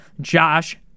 Josh